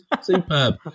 Superb